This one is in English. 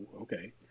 okay